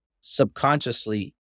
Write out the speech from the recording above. subconsciously